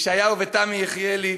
ישעיהו ותמי יחיאלי